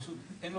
פשוט הוא לא